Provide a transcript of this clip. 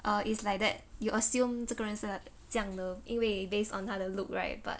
err it's like that you assume 这个人是这样的因为 based on 他的 look right but